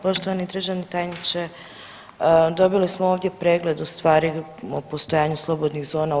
Poštovani državni tajniče, dobili smo ovdje pregled ustvari o postojanju slobodnih zona u EU.